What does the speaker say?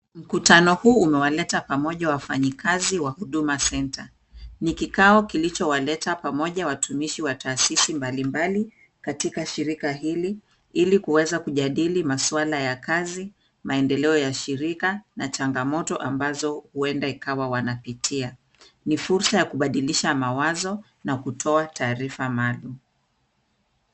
Mkutano huu umewaleta pamoja wafanyikazi wa huduma Center. Ni kikao kilichowaleta pamoja watumishi wa taasisi mbalimbali katika shirika hili ili kuweza kujadili maswala ya kazi, maendeleo ya shirika na changamoto ambazo huenda ikawa wanapitia. Ni fursa ya kubadilisha mawazo na kutoa taarifa maalum.